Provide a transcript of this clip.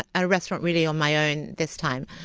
a restaurant really on my own this time,